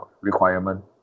requirement